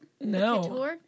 No